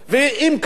ואם כך,